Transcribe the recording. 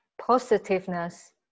positiveness